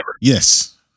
Yes